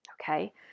okay